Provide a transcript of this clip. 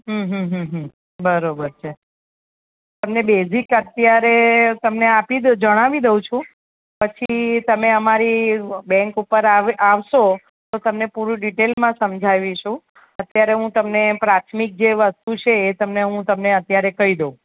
હમ હમ બરોબર છે તમને બેઝિક અત્યારે તમને આપી દ જણાવી દઉં છું પછી તમે અમારી બેંક ઉપર આવ આવશો તો તમને પુરું ડીટેલમાં સમજાવીશું અત્યારે હું તમને પ્રાથમિક જે વસ્તુ છે એ તમને હું તમને અત્યારે કહી દઉં